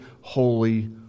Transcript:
holy